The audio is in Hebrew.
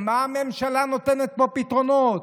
מה הממשלה נותנת פה כפתרונות?